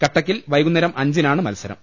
കട്ട ക്കിൽ വൈകുന്നേരം അഞ്ചിനാണ് മത്സരം